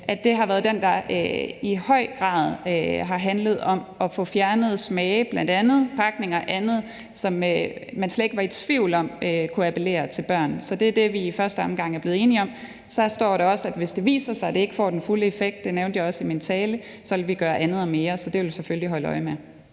for det har været den, der i høj grad har handlet om at få fjernet bl.a. smage, pakninger og andet, som man slet ikke var i tvivl om kunne appellere til børn. Så det er det, vi i første omgang er blevet enige om. Så står der også, at hvis det viser sig, at det ikke får den fulde effekt – det nævnte jeg også i min tale – vil vi gøre andet og mere, så det vil vi selvfølgelig holde øje med.